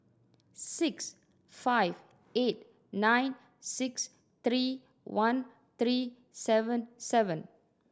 six five eight nine six three one three seven seven